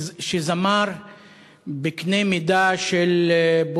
שזמר בקנה מידה של,